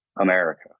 America